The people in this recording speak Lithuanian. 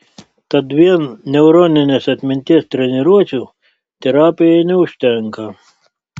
tad vien neuroninės atminties treniruočių terapijai neužtenka